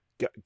Go